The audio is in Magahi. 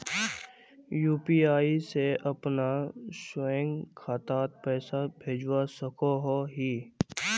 यु.पी.आई से अपना स्वयं खातात पैसा भेजवा सकोहो ही?